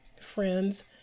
friends